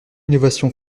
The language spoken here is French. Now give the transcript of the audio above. innovation